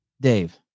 Dave